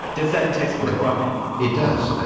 does that test work right now? it does.